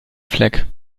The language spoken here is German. fleck